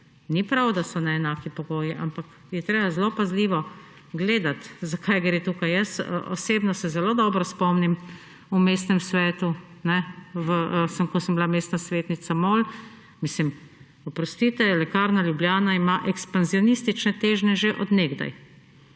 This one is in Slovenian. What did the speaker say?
ni prav, da so neenaki pogoji, ampak je treba zelo pazljivo gledati, zakaj gre tukaj. Jaz osebno se zelo dobro spomnim v mestnem svetu, ko sem bila mestna svetnica MOL, mislim, oprostite, Lekarna Ljubljana ima ekspanzionistične težnje že od nekaj